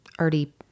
already